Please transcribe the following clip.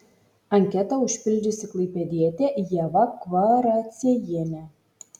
anketą užpildžiusi klaipėdietė ieva kvaraciejienė